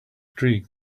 streak